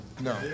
No